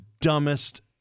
dumbest